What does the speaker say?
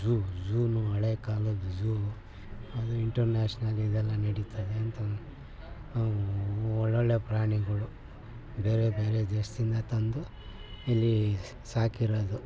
zoo ಝೂನು ಹಳೆ ಕಾಲದ ಝೂ ಅದು ಇಂಟರ್ನ್ಯಾಷನಲ್ ಇದೆಲ್ಲ ನಡೀತದೆ ಅಂತ ಒಳ್ಳೊಳ್ಳೆ ಪ್ರಾಣಿಗಳು ಬೇರೆ ಬೇರೆ ದೇಶದಿಂದ ತಂದು ಇಲ್ಲಿ ಸಾಕಿರೋದು